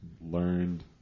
learned